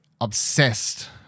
obsessed